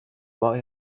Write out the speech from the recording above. war